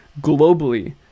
globally